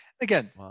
Again